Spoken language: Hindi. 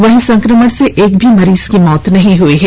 वहीं संक्रमण से एक भी मरीज की मौत नहीं हुई है